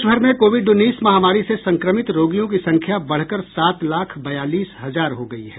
देश भर में कोविड उन्नीस महामारी से संक्रमित रोगियों की संख्या बढ़कर सात लाख बयालीस हजार हो गयी है